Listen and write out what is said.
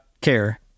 care